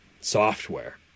software